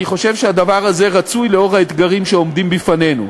אני חושב שהדבר הזה רצוי לאור האתגרים שעומדים בפנינו.